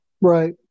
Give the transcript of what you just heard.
Right